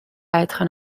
être